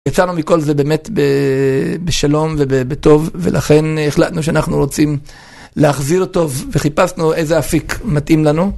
יצאנו מכל זה באמת בשלום ובטוב, ולכן החלטנו שאנחנו רוצים להחזיר טוב וחיפשנו איזה אפיק מתאים לנו.